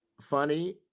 funny